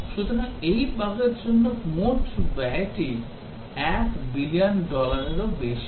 সুতরাং এই বাগের জন্য মোট ব্যয়টি 1 বিলিয়ন ডলারেরও বেশি